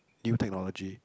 new technology